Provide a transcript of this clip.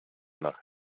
nach